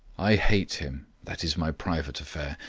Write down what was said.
i hate him, that is my private affair.